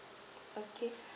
okay